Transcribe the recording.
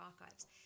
archives